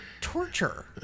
torture